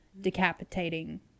decapitating